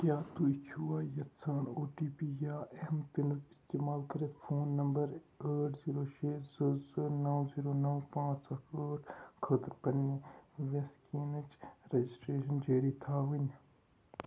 کیٛاہ تُہۍ چھِوا یَژھان او ٹی پی یا ایم پِنُک اِستعمال کٔرِتھ فون نمبر ٲٹھ زیٖرو شےٚ زٕ زٕ نَو زیٖرو نَو پانٛژ اَکھ ٲٹھ خٲطرٕ پنٕنہِ ویسکیٖنٕچ رجسٹریشن جٲری تھاوٕنۍ